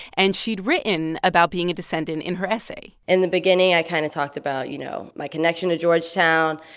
and she'd written about being a descendant in her essay in the beginning, i kind of talked about, you know, my connection to georgetown,